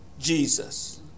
Jesus